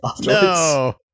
No